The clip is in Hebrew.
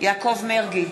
יעקב מרגי,